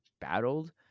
battled